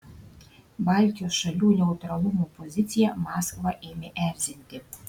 baltijos šalių neutralumo pozicija maskvą ėmė erzinti